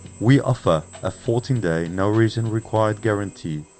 we offer a fourteen day no reason required guarantee,